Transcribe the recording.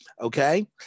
Okay